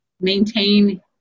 maintain